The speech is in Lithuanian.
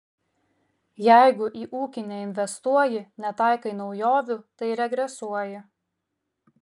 jeigu į ūkį neinvestuoji netaikai naujovių tai regresuoji